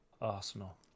arsenal